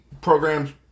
programs